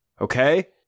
okay